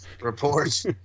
Reports